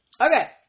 Okay